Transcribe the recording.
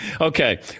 Okay